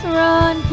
run